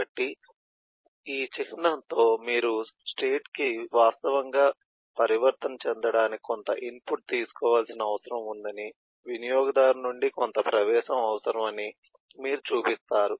కాబట్టి ఈ చిహ్నంతో మీరు స్టేట్ కి వాస్తవంగా పరివర్తన చెందడానికి కొంత ఇన్పుట్ తీసుకోవాల్సిన అవసరం ఉందని వినియోగదారు నుండి కొంత ప్రవేశం అవసరమని మీరు చూపిస్తారు